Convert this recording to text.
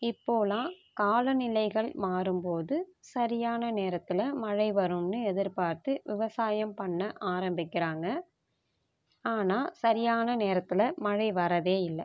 இப்போலான் காலநிலைகள் மாறும் போது சரியான நேரத்தில் மழை வருன்னு எதிர்பார்த்து விவசாயம் பண்ண ஆரம்பிக்கிறாங்க ஆனால் சரியான நேரத்தில் மழை வரதே இல்லை